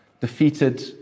defeated